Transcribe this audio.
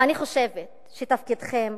אני חושבת שתפקידכם